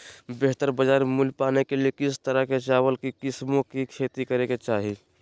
बेहतर बाजार मूल्य पाने के लिए किस तरह की चावल की किस्मों की खेती करे के चाहि?